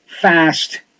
fast